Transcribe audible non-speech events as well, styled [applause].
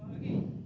[breath]